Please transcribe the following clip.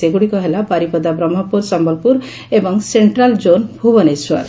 ସେଗ୍ରଡିକ ହେଲା ବାରିପଦା ବ୍ରହ୍କପୁର ସମ୍ୟଲପୁର ଏବଂ central zone Bhubaneswar